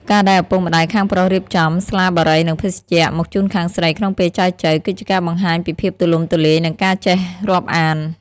ការដែលឪពុកម្ដាយខាងប្រុសរៀបចំ "ស្លាបារី និងភេសជ្ជៈ" មកជូនខាងស្រីក្នុងពេលចែចូវ គឺជាការបង្ហាញពីភាពទូលំទូលាយ និងការចេះរាប់អាន។